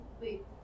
Wait